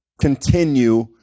continue